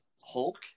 Hulk